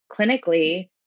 clinically